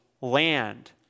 land